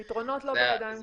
נכון, הפתרונות לא בידיים שלך.